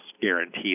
guarantee